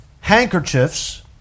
handkerchiefs